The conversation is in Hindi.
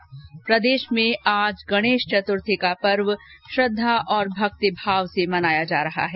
्रदेश में आज गणेश चतुर्थी का पर्व श्रद्धा और भक्ति भाव से मनाया जा रहा है